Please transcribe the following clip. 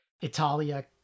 Italia